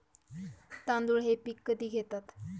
तांदूळ हे पीक कधी घेतात?